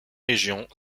régions